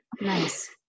Nice